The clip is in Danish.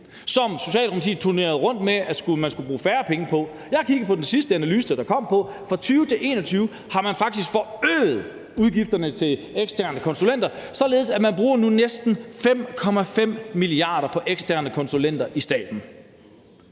som Socialdemokratiet turnerede rundt med at man skulle bruge færre penge på. Jeg har kigget på den seneste analyse, der kom på det, og fra 2020 til 2021 har man faktisk forøget udgifterne til eksterne konsulenter, således at man nu bruger næsten 5,5 mia. kr. på eksterne konsulenter i staten.